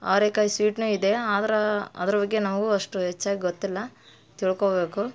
ಅವ್ರೆಕಾಯಿ ಸ್ವೀಟ್ನೂ ಇದೆ ಆದ್ರೆ ಅದ್ರ ಬಗ್ಗೆ ನಮಗೂ ಅಷ್ಟು ಹೆಚ್ಚಾಗ್ ಗೊತ್ತಿಲ್ಲ ತಿಳ್ಕೋಬೇಕು